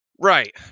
Right